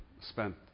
spent